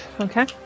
okay